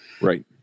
Right